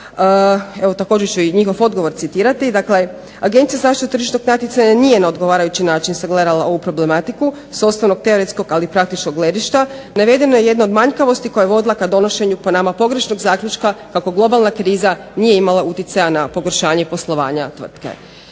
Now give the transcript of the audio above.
Evo također ću i njihov odgovor citirati. Dakle, Agencija za zaštitu tržišnog natjecanja nije na odgovarajući način sagledala ovu problematiku sa osnovnog teoretskog ali i praktičnog gledišta. Navedena je jedna od manjkavosti koja je vodila ka donošenju po nama pogrešnog zaključka kako globalna kriza nije imala uticaja na pogoršanje poslovanja tvrtke.